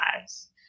lives